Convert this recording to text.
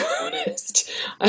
honest